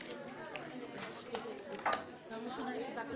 14:30.